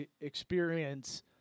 experience